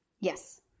Yes